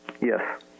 Yes